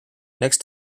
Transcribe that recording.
next